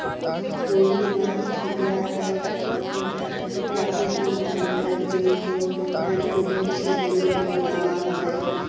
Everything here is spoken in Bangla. কইর বা ছোবড়া আক ধরণকার প্রাকৃতিক ফাইবার জেইতো নারকেলের ছিবড়ে তে পাওয়াঙ যাই